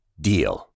DEAL